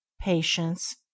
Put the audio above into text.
patience